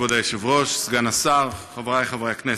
כבוד היושב-ראש, סגן השר, חברי חברי הכנסת,